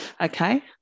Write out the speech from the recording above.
okay